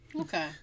Okay